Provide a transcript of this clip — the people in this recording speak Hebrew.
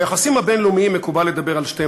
ביחסים הבין-לאומיים מקובל לדבר על שתי